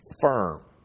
firm